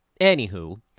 Anywho